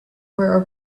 were